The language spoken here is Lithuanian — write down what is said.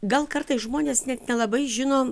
gal kartais žmonės net nelabai žino